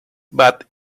but